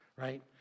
right